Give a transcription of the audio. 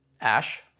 Ash